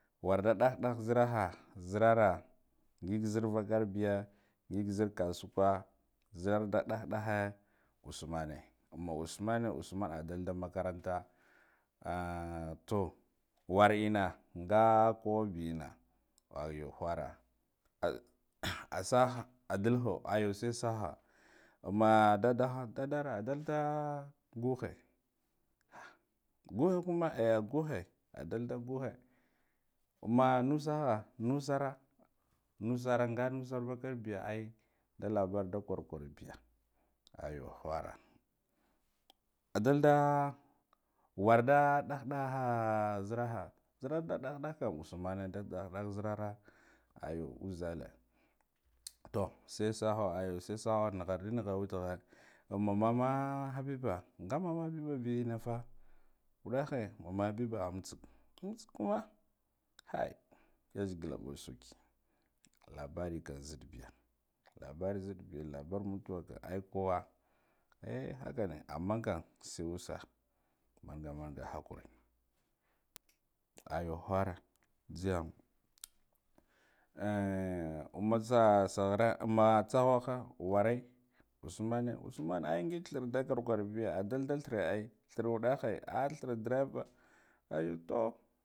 Ward ɗah ɗah ziraha zirara ngig zir vakar biya ngig zir kasukwa zir da ɗah ɗah usmane umma usman, usman a dalda makaranta auh to wa ina nga ko bina ayo whara ahh a sah adalho ay ze saha umma daddaha daddara dalda guje wa guhe kume eh guhe a dal ghe umma nusaha nusara nusara nga nusar vakar biya ai da labarɗa kwarkwarbiya ayo whara adalda war da ɗahɗahaa ziraha zirar da ɗahdah usmana da ɗah ɗah zirana ayo uzale to se saho ayo selo nigharɗin igha watigha umma mama habiba nga mama habibabi inafa uɗahe mama habiba a amtss kuma kai gazagila ɗosoki labarikan ziɗ biya la bar mutuwa kan ai kowa ehh hakane amman kam se usah manga manga ha kuri ayo whara jhigem lehh umasa sarghire umma tsaghwaho ware usman, usman ngig da kwarkwarbiya ao alda thir ai thir uɗahe ahh thir drive r ai to